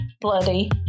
bloody